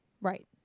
Right